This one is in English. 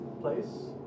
place